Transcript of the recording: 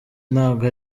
ntabwo